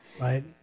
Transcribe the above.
Right